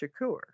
Shakur